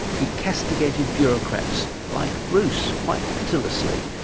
he castigated bureaucrats like bruce quite pitilessly,